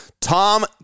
Tom